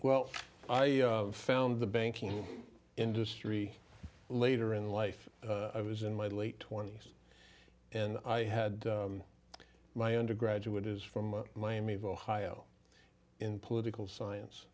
well i found the banking industry later in life i was in my late twenty's and i had my undergraduate is from miami of ohio in political science